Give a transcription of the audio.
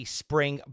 spring